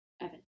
Evan